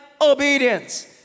obedience